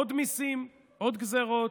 עוד מיסים, עוד גזרות,